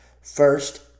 First